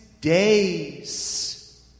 days